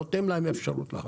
נותנים להם אפשרות להרוג.